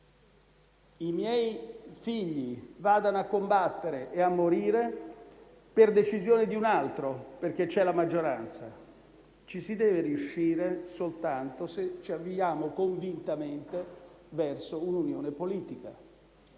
i miei figli vadano a combattere e a morire per decisione di un altro, perché c'è la maggioranza. Ci si riesce soltanto se ci avviamo convintamente verso un'unione politica,